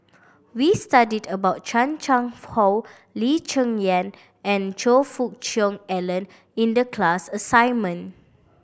we studied about Chan Chang How Lee Cheng Yan and Choe Fook Cheong Alan in the class assignment